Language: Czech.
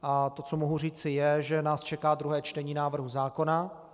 A to, co mohu říci, je, že nás čeká druhé čtení návrhu zákona.